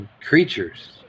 creatures